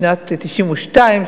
בשנת 1992,